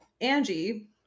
Angie